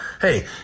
Hey